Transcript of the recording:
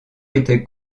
était